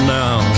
now